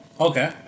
Okay